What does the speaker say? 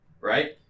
right